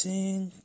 Sing